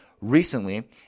recently